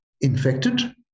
infected